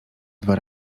dwa